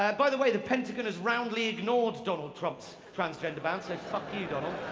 by the way, the pentagon has roundly ignored donald trump's transgender ban, so fuck you, donald.